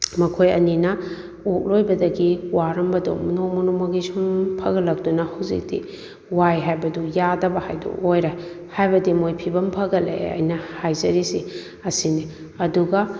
ꯃꯈꯣꯏ ꯑꯅꯤꯅ ꯑꯣꯛ ꯂꯣꯏꯕꯗꯒꯤ ꯋꯥꯔꯝꯕꯗꯣ ꯅꯣꯡꯃ ꯅꯣꯡꯃꯒꯤ ꯁꯨꯝ ꯐꯒꯠꯂꯛꯇꯨꯅ ꯍꯧꯖꯤꯜꯛꯇꯤ ꯋꯥꯏ ꯍꯥꯏꯕꯗꯨ ꯌꯥꯗꯕ ꯍꯥꯏꯕꯗꯨ ꯑꯣꯏꯔꯦ ꯍꯥꯏꯕꯗꯤ ꯃꯣꯏ ꯐꯤꯕꯝ ꯐꯒꯠꯂꯛꯑꯦ ꯑꯩꯅ ꯍꯥꯏꯖꯔꯤꯁꯤ ꯑꯁꯤꯅꯤ ꯑꯗꯨꯒ